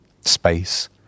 space